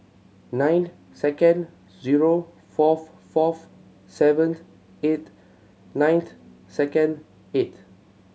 ninth second zero fourth fourth seventh eighth ninth second eighth